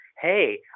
hey